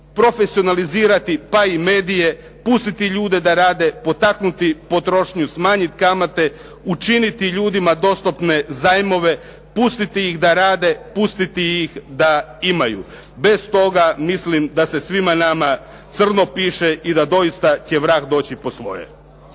Profesionalizirati pa i medije. Pustiti ljude da rade, potaknuti potrošnju, smanjiti kamate, učiniti ljudima dostupne zajmove, pustiti ih da rade, pustiti ih da imaju. Bez toga mislim da se svima nama crno piše i da doista će vrag doći po svoje.